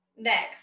Next